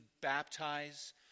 baptize